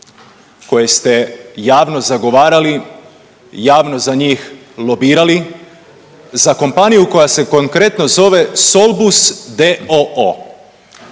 koje ste javno zagovarali, javno za njih lobirali, za kompaniju koja se konkretno zove Solbus d.o.o.